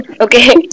Okay